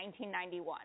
1991